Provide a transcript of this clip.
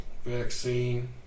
Vaccine